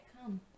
come